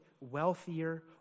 wealthier